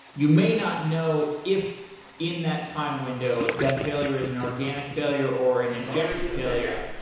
you may not know if in that time window that failure is an organic failure, or an injected failure,